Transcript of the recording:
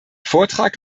vortrag